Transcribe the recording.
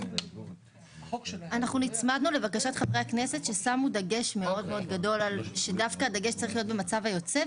אנחנו נצמדנו לבקשה של חברי הכנסת שהדגש יהיה על המצב היוצא,